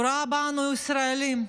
הוא ראה בנו ישראלים.